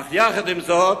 אך יחד עם זאת,